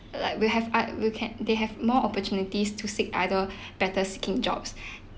like we have I we can they have more opportunities to seek other better seeking jobs